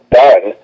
done